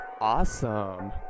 awesome